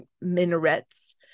minarets